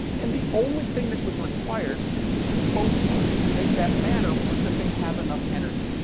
and, the only thing that was required for these two photons to make that matter was that they have enough energy.